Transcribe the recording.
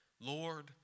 Lord